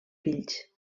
fills